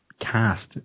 cast